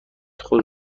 خود